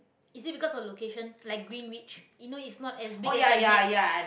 is it because of location like greenwich you know it's not as big as like nex